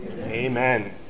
Amen